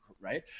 right